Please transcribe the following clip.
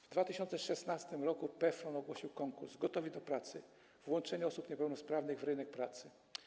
W 2016 r. PFRON ogłosił konkurs „Gotowi do pracy - włączenie osób niepełnosprawnych w rynek pracy”